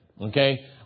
Okay